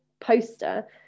poster